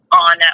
on